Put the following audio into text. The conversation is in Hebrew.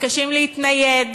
מתקשים להתנייד,